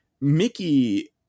Mickey